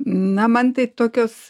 na man tai tokios